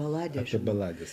baladė aš apie balades